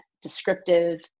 Descriptive